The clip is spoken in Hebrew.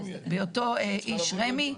בהיותו אישר רמ"י.